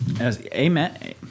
Amen